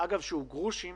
- גרושים